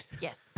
Yes